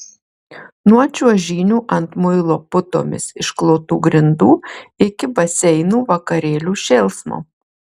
nuo čiuožynių ant muilo putomis išklotų grindų iki baseinų vakarėlių šėlsmo